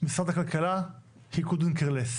משרד הכלכלה, he couldn't care less.